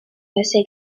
passent